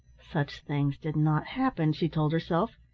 such things did not happen, she told herself,